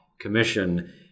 Commission